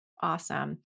Awesome